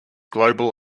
global